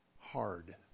hard